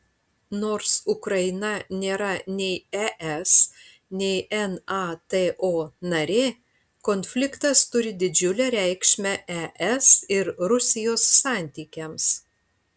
nors ukraina nėra nei es nei nato narė konfliktas turi didžiulę reikšmę es ir rusijos santykiams